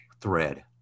Thread